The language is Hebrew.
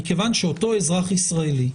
מכיוון אותו אזרח ישראלי,